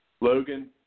Logan